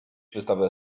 wystawy